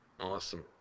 Awesome